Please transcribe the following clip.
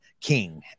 King